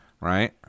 Right